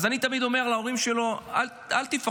אז אני תמיד אומר להורים שלו: אל תפחדו,